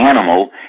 animal